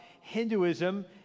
Hinduism